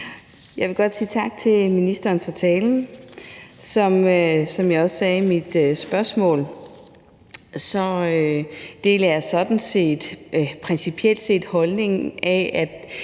Jeg vil godt sige tak til ministeren for talen. Som jeg også sagde i mit spørgsmål, deler jeg principielt holdningen om, at